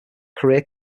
career